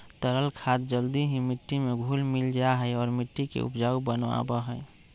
तरल खाद जल्दी ही मिट्टी में घुल मिल जाहई और मिट्टी के उपजाऊ बनावा हई